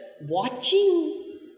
watching